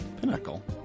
Pinnacle